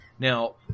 Now